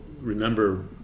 remember